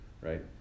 right